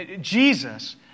Jesus